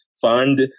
fund